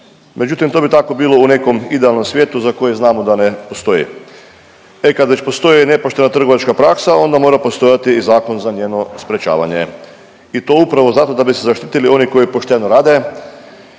Međutim, to bi tako bilo u nekom idealnom svijetu za koji znamo da ne postoje. E kad već postoje nepoštena trgovačka praksa, onda mora postojati i zakon za njeno sprječavanje. I to upravo zato da bi se zaštitili oni koji pošteno rade